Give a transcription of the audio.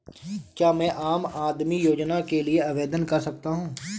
क्या मैं आम आदमी योजना के लिए आवेदन कर सकता हूँ?